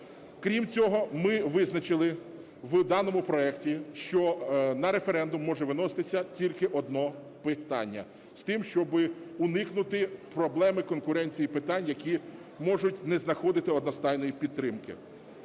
Крім цього, ми визначили в даному проекті, що на референдум може виноситися тільки одне питання з тим, щоб уникнути проблеми конкуренції питань, які можуть не знаходити одностайної підтримки.